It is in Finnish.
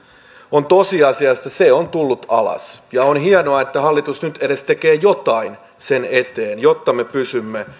on tosiasia että se on tullut alas ja on hienoa että hallitus nyt tekee edes jotain sen eteen jotta me pysymme